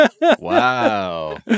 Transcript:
Wow